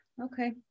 Okay